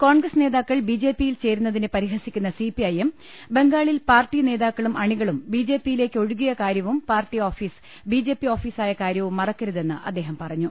കോൺഗ്രസ് നേതാക്കൾ ബി ജെ പിയിൽ ചേരു ന്നതിനെ പരിഹസിക്കുന്ന സിപിഐഎം ബംഗാളിൽ പാർട്ടി നേതാക്കളും അണികളും ബി ജെപിയിലേക്ക് ഒഴുകിയ കാര്യവും പാർട്ടി ഓഫീസ് ബി ജെപി ഓഫീസായ കാര്യവും മറക്കരുതെന്ന് അദ്ദേഹം പറഞ്ഞു